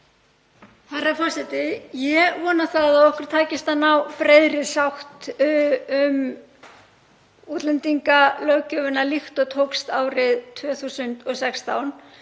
Herra forseti. Ég vona að okkur takist að ná breiðri sátt um útlendingalöggjöfina líkt og tókst árið 2016.